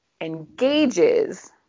engages